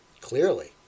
Clearly